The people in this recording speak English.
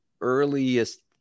earliest